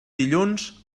dilluns